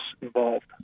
involved